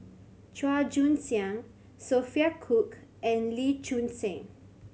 Chua Joon Siang Sophia Cooke and Lee Choon Seng